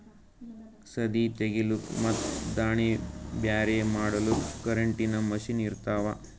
ಸದೀ ತೆಗಿಲುಕ್ ಮತ್ ದಾಣಿ ಬ್ಯಾರೆ ಮಾಡಲುಕ್ ಕರೆಂಟಿನ ಮಷೀನ್ ಇರ್ತಾವ